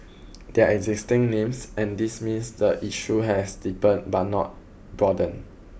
they are existing names and this means the issue has deepened but not broadened